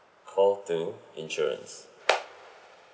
call two insurance